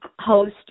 host